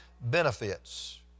benefits